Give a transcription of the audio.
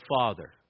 Father